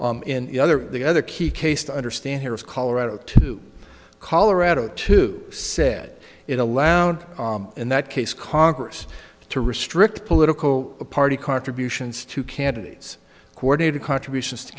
in the other the other key case to understand here is colorado to colorado to said it a lounge in that case congress to restrict political party contributions to candidates coordinated contributions to